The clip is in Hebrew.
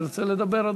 ירצה לדבר,